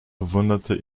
bewunderte